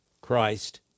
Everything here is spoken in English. Christ